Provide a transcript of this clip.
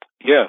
Yes